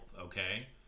okay